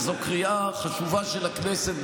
וזו קריאה חשובה של הכנסת,